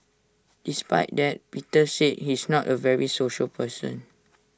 despite that Peter said he's not A very social person